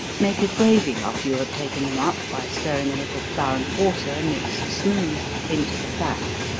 make a gravy after you have taken them up, by stirring a little flour and water mixed smooth into the fat,